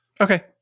okay